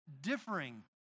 differing